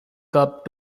cup